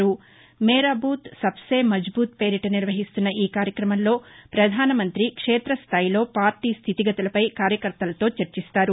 మేరా booth Sabse Mazboot పేరిట నిర్వహిస్తున్న ఈ కార్యక్రమంలో పధానమంత్రి క్ష్మేతస్థాయిలో పార్టీ స్థితిగతులపై కార్యకర్తలతో చర్చిస్తారు